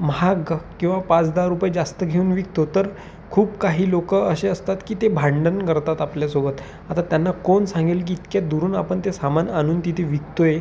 महाग किंवा पाच दहा रुपये जास्त घेऊन विकतो तर खूप काही लोक असे असतात की ते भांडण करतात आपल्यासोबत आता त्यांना कोण सांगेल की इतक्या दुरून आपण ते सामान आणून तिथे विकतो आहे